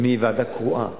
מוועדה קרואה,